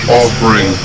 offering